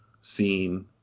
scene